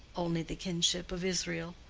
only the kinship of israel.